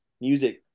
music